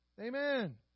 Amen